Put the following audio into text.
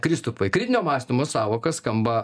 kristupai kritinio mąstymo sąvoka skamba